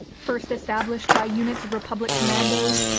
first established by units of republic commandos,